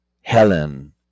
Helen